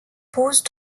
posent